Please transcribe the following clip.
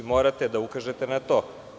Morate da ukažete na to.